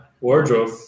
Wardrobe